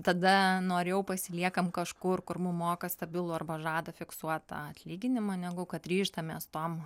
tada noriau pasiliekam kažkur kur mum moka stabilų arba žada fiksuotą atlyginimą negu kad ryžtamės tom